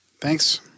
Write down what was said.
Thanks